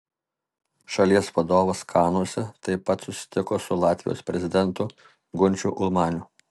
šalies vadovas kanuose taip pat susitiko su latvijos prezidentu gunčiu ulmaniu